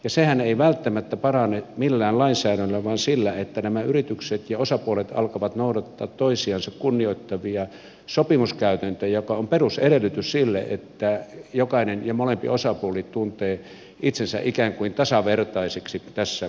sehän ei välttämättä parane millään lainsäädännöllä vaan sillä että nämä yritykset ja osapuolet alkavat noudattaa toisiansa kunnioittavia sopimuskäytäntöjä mikä on perusedellytys sille että jokainen ja molempi osapuoli tuntee itsensä ikään kuin tasavertaiseksi tässä